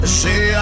say